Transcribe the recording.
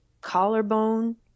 collarbone